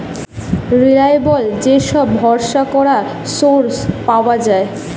reliable যে সব ভরসা করা সোর্স পাওয়া যায়